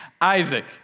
Isaac